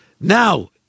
Now